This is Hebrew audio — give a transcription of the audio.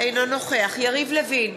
אינו נוכח יריב לוין,